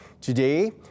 Today